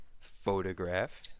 Photograph